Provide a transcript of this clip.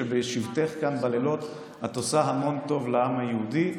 אין ספק שבשבתך כאן בלילות את עושה המון טוב לעם היהודי.